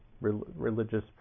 religious